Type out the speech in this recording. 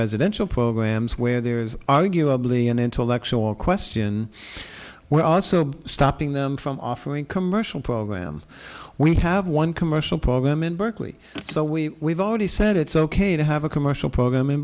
residential programs where there's arguably an intellectual question we're also stopping them from offering commercial programs we have one commercial program in berkeley so we have already said it's ok to have a commercial program in